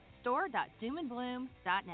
store.doomandbloom.net